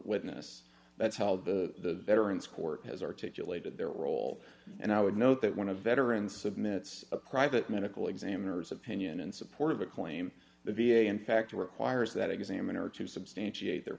witness that's how the veterans court has articulated their role and i would note that when a veteran submit a private medical examiner's opinion in support of a claim the v a in fact were choir's that examiner to substantiate their